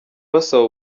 basaba